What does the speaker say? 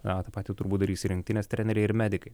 na tą pati turbūt darys ir rinktinės treneriai ir medikai